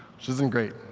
which isn't great.